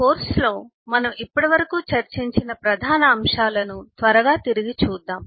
కోర్సులో మనం ఇప్పటివరకు చర్చించిన ప్రధాన అంశాలను త్వరగా తిరిగి చూద్దాం